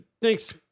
Thanks